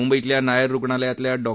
मुंबईतल्या नायर रुग्णालयातल्या डॉ